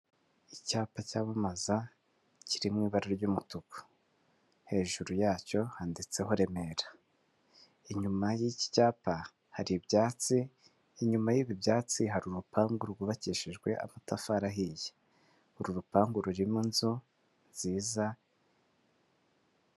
Icyapa cyamamaza kiri mu ibara ry'umutuku, hejuru yacyo handitseho Remera. Inyuma y'iki cyapa hari ibyatsi, inyuma y'ibi byatsi hari urupangu rwubakishijwe amatafari ahiye. uru rupangu rurimo inzu nziza.